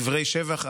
דברי שבח,